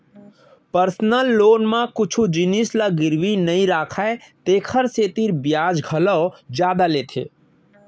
personal loan म कुछु जिनिस ल गिरवी नइ राखय तेकर सेती बियाज घलौ जादा लेथे